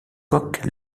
coques